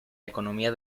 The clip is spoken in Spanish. economía